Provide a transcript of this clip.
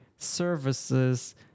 services